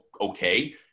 Okay